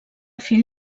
fill